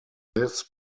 this